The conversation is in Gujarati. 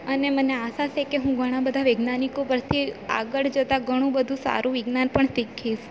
અને મને આશા સે કે હું ઘણાં બધા વૈજ્ઞાનિકો પરથી આગળ જતા ઘણું બધું સારું વિજ્ઞાન પણ શીખીશ